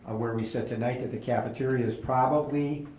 where we said tonight that the cafeteria is probably,